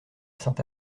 sainte